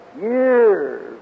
years